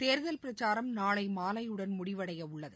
தேர்தல் பிரச்சாரம் நாளைமாலையுடன் முடிவடையவுள்ளது